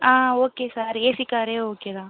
ஆ okay sir AC காரே okay தான்